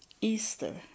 Easter